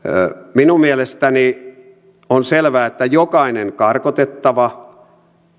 minun mielestäni on selvää että jokainen karkotettava